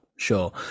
Sure